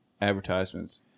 advertisements